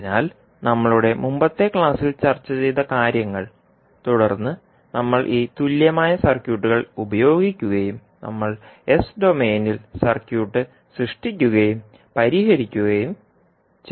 അതിനാൽ നമ്മളുടെ മുമ്പത്തെ ക്ലാസ്സിൽ ചർച്ച ചെയ്ത കാര്യങ്ങൾ തുടർന്ന് നമ്മൾ ഈ തുല്യമായ സർക്യൂട്ടുകൾ ഉപയോഗിക്കുകയും നമ്മൾ എസ് ഡൊമെയ്നിൽ സർക്യൂട്ട് സൃഷ്ടിക്കുകയും പരിഹരിക്കുകയും ചെയ്തു